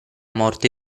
morte